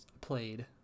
played